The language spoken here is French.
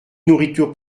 nourriture